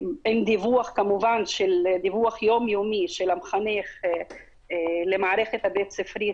כמובן עם דיווח יום יומי של המחנך למערכת הבית-ספרית